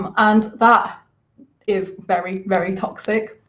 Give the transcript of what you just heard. um and that is very, very toxic.